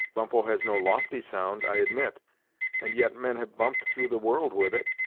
bumppo has no lofty sound, i admit and yet men have bumped through the world with it.